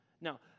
now